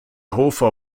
hofer